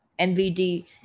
MVD